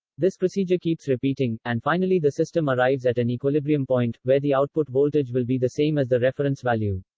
this procedure keeps repeating, and finally the system arrives at an equilibrium point, where the output voltage will be the same as the reference value.